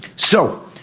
so,